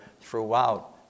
throughout